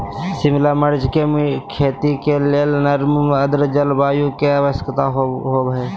शिमला मिर्च के खेती के लेल नर्म आद्र जलवायु के आवश्यकता होव हई